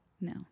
No